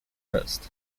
first